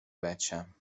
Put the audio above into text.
بچم